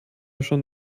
schon